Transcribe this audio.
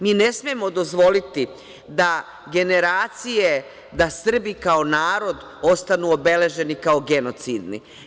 Mi ne smemo dozvoliti da generacije, da Srbi kao narod ostanu obeleženi kao genocidni.